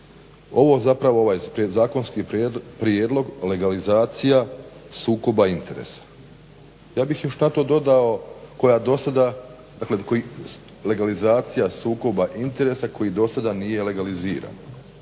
ovo zapravo ovaj zakonski prijedlog legalizacija sukoba interesa. Ja bih još na to dodao koja do sada, dakle legalizacija sukoba interesa koji do sada nije legaliziran.